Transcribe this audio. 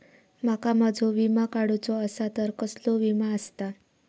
माका माझो विमा काडुचो असा तर कसलो विमा आस्ता?